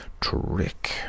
trick